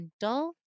dull